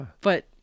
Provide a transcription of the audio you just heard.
But-